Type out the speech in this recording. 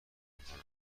میکنند